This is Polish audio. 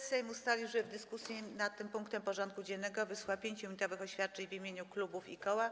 Sejm ustalił, że w dyskusji nad tym punktem porządku dziennego wysłucha 5-minutowych oświadczeń w imieniu klubów i koła.